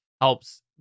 helps